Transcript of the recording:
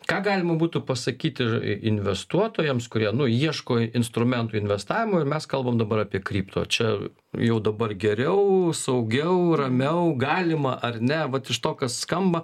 ką galima būtų pasakyti investuotojams kurie nu ieško instrumentų investavimo ir mes kalbam dabar apie kripto čia jau dabar geriau saugiau ramiau galima ar ne vat iš to kas skamba